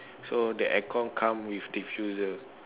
so the aircon come with diffuser